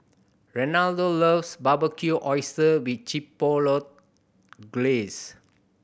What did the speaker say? Reynaldo loves Barbecued Oyster with Chipotle Glaze